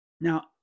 Now